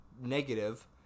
negative